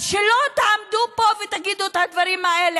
אז שלא תעמדו פה ותגידו את הדברים האלה.